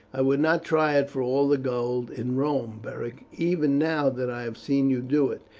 i would not try it for all the gold in rome, beric, even now that i have seen you do it.